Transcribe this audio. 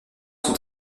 sont